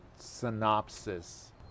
synopsis